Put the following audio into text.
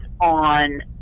on